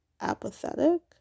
apathetic